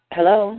Hello